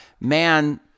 man